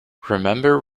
remember